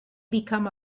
become